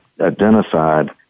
identified